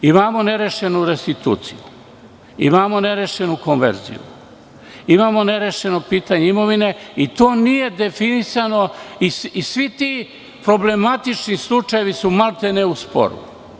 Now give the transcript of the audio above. Imamo nerešenu restituciju, imamo nerešenu konverziju, imamo nerešeno pitanje imovine i to nije definisano i svi ti problematični slučajevi su, maltene, u sporu.